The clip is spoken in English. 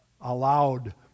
allowed